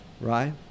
right